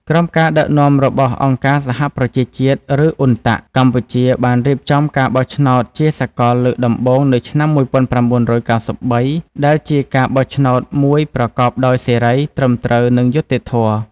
ក្រោមការដឹកនាំរបស់អង្គការសហប្រជាជាតិ ឬ UNTAC កម្ពុជាបានរៀបចំការបោះឆ្នោតជាសកលលើកដំបូងនៅឆ្នាំ១៩៩៣ ដែលជាការបោះឆ្នោតមួយប្រកបដោយសេរី ត្រឹមត្រូវ និងយុត្តិធម៌។